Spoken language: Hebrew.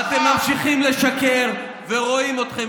ואתם ממשיכים לשקר ורואים אתכם.